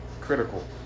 Critical